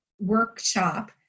Workshop